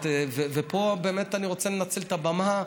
ופה באמת אני רוצה לנצל את הבמה: